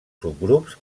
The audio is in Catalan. subgrups